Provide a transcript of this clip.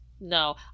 No